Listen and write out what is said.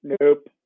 Nope